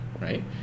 right